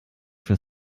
für